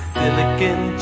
silicon